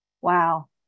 wow